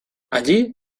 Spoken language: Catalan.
allí